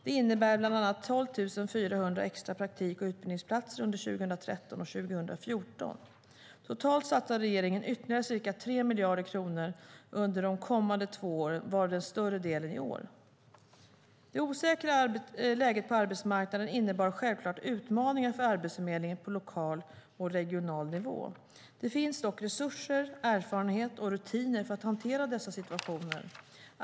Det innebär bland annat 12 400 extra praktik och utbildningsplatser under 2013 och 2014. Totalt satsar regeringen ytterligare ca 3 miljarder kronor under de kommande två åren, varav den större delen i år. Det osäkra läget på arbetsmarknaden innebär självklart utmaningar för Arbetsförmedlingen på regional och lokal nivå. Det finns dock resurser, erfarenhet och rutiner för att hantera dessa situationer.